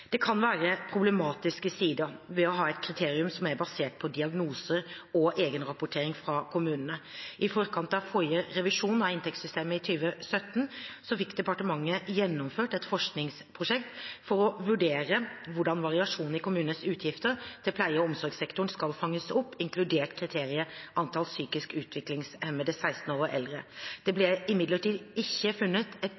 Det kan være problematiske sider ved å ha et kriterium som er basert på diagnoser og egenrapportering fra kommunen. I forkant av forrige revisjon av inntektssystemet i 2017 fikk departementet gjennomført et forskningsprosjekt for å vurdere hvordan variasjon i kommunenes utgifter til pleie- og omsorgssektoren skal fanges opp, inkludert kriteriet «antall psykisk utviklingshemmede 16 år og eldre». Det ble imidlertid ikke funnet et